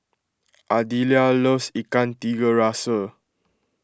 Ardelia loves Ikan Tiga Rasa